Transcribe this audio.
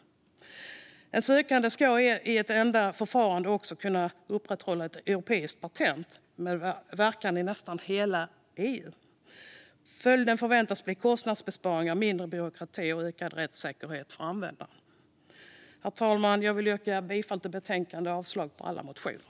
En sökande ska i ett enda förfarande få och upprätthålla ett europeiskt patent med verkan i nästan hela EU. Följden väntas bli kostnadsbesparingar, mindre byråkrati och ökad rättssäkerhet för användare. Herr talman! Jag yrkar bifall till förslaget i betänkandet och avslag på alla motioner.